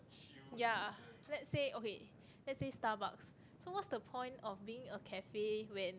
ya let's say okay let's say Starbucks so what's the point of being a cafe when